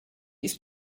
ist